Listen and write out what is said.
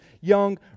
young